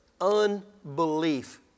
unbelief